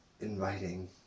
inviting